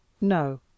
No